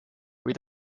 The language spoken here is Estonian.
kui